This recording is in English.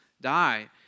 die